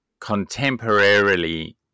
contemporarily